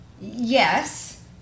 Yes